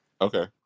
Okay